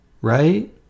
Right